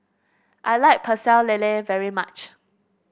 I like Pecel Lele very much